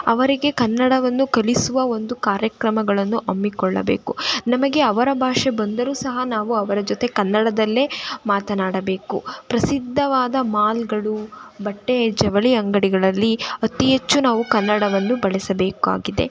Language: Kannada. ಅವರಿಗೆ ಕನ್ನಡವನ್ನು ಕಲಿಸುವ ಒಂದು ಕಾರ್ಯಕ್ರಮಗಳನ್ನು ಹಮ್ಮಿಕೊಳ್ಳಬೇಕು ನಮಗೆ ಅವರ ಭಾಷೆ ಬಂದರು ಸಹ ನಾವು ಅವರ ಜೊತೆ ಕನ್ನಡದಲ್ಲೇ ಮಾತನಾಡಬೇಕು ಪ್ರಸಿದ್ಧವಾದ ಮಾಲ್ಗಳು ಬಟ್ಟೆ ಜವಳಿ ಅಂಗಡಿಗಳಲ್ಲಿ ಅತಿ ಹೆಚ್ಚು ನಾವು ಕನ್ನಡವನ್ನು ಬಳಸಬೇಕಾಗಿದೆ